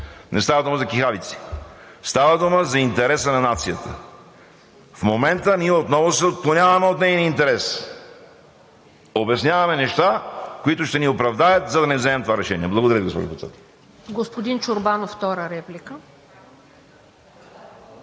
Не става дума за кихавици, а става дума за интереса на нацията. В момента ние отново се отклоняваме от нейния интерес – обясняваме неща, които ще ни оправдаят, за да не вземем това решение. Благодаря Ви, госпожо Председател.